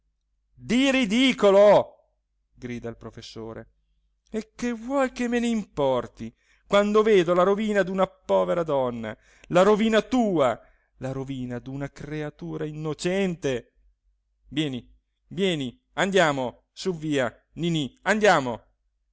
di ridicolo grida il professore e che vuoi che me n'importi quando vedo la rovina d'una povera donna la rovina tua la rovina d'una creatura innocente vieni vieni andiamo su via ninì andiamo